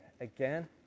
again